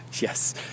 Yes